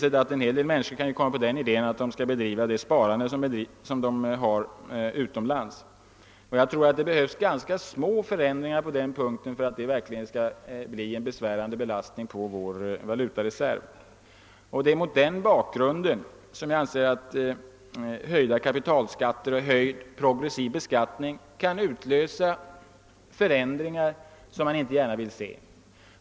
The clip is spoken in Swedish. En hel del människor kan också komma på den idén att de skall bedriva sitt sparande utomlands. Jag tror att även ganska små förändringar i det avseendet kan bli en besvärande belastning för vår valutareserv. Mot den bakgrunden anser jag att höjda kapitalskatter och höjd progressiv beskattning kan utlösa förändringar som man inte gärna vill se.